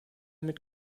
mit